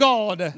God